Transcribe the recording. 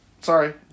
Sorry